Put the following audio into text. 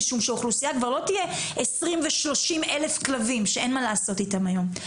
אז האוכלוסייה כבר לא תהיה 20 ו-30 אלף כלבים שאין מה לעשות איתם היום.